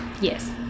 Yes